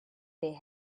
they